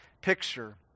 picture